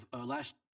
last